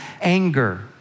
anger